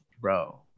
bro